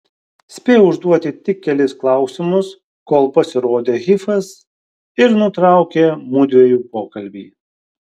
spėjau užduoti tik kelis klausimus kol pasirodė hifas ir nutraukė mudviejų pokalbį